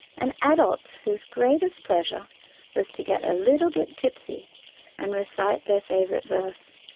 and adults whose greatest pleasure was to get a little bit tipsy and recite their favourite verse.